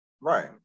right